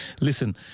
Listen